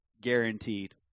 Guaranteed